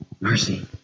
Mercy